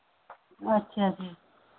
ਅੱਛਾ ਜੀ